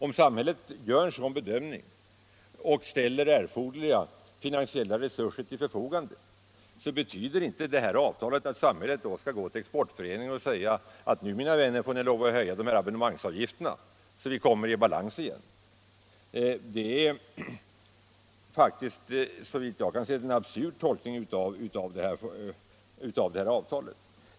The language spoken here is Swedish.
Om samhället gör en sådan bedömning och ställer erfor = m.m. derliga finansiella resurser till förfogande, så betyder inte det här avtalet att staten kan gå till Exportföreningen och säga: Nu, mina vänner, får ni lov att höja abonnemangsavgifterna, så att vi kommer i balans igen! Det är så vitt jag kan se en absurd tolkning av avtalet.